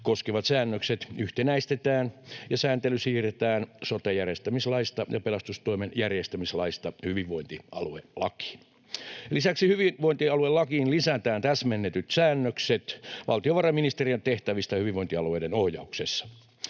koskevat säännökset yhtenäistetään ja sääntely siirretään sote-järjestämislaista ja pelastustoimen järjestämislaista hyvinvointialuelakiin. Lisäksi hyvinvointialuelakiin lisätään täsmennetyt säännökset valtiovarainministeriön tehtävistä hyvinvointialueiden ohjauksessa.